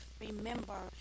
Remember